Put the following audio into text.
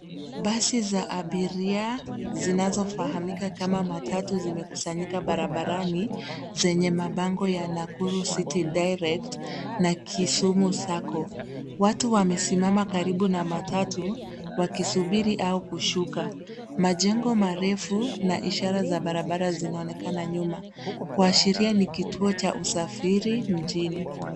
Basi za abria zinazo fahamika kama matatu zime kusanyika barabarani zenye mabango ya Nakuru City Direct na Kisumu Sacco . Watu wamesimama karibu na matatu wakisubiri au kushuka. Majengo marefu na ishara za barabara zina onekana nyuma, kuashiria ni kituo cha usafiri mjini.